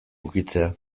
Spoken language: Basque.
ukitzea